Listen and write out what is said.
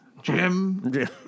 Jim